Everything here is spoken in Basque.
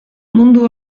mundu